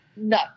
No